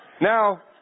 Now